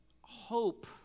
hope